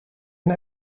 een